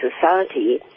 Society